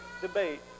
debate